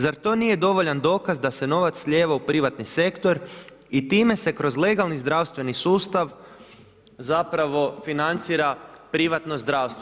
Zar to nije dovoljan dokaz da se novac slijeva u privatni sektor i time se kroz legalni zdravstveni sustav zapravo financira privatno zdravstvo.